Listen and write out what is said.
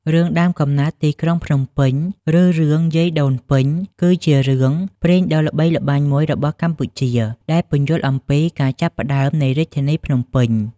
រឿង ដើមកំណើតទីក្រុងភ្នំពេញ ឬ រឿងយាយដូនពេញ គឺជារឿងព្រេងដ៏ល្បីល្បាញមួយរបស់កម្ពុជា ដែលពន្យល់អំពីការចាប់ផ្តើមនៃរាជធានីភ្នំពេញ។